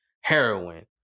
heroin